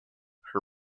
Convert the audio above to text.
her